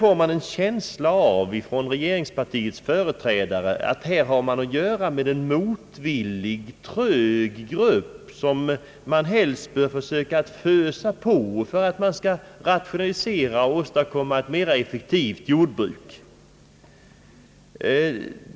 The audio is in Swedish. När man har att göra med företrädare för regeringspartiet får man en känsla av att jordbrukarna på det hållet nästan betraktas som en motvillig, trög grupp som man helst bör försöka fösa på för att åstadkomma en rationalisering och få ett mera effektivt jordbruk.